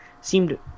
seemed